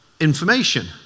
information